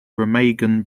remagen